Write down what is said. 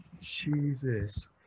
Jesus